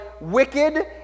wicked